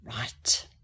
Right